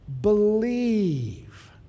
believe